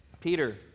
Peter